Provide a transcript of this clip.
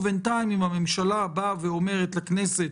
בינתיים אם הממשלה אומרת לכנסת